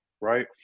right